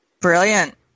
Brilliant